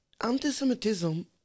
anti-Semitism